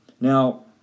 Now